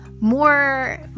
more